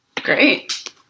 Great